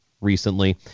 recently